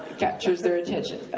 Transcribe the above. captures their attention,